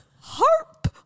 HARP